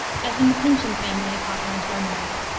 as in the pyncheon family of hawthorne's romance.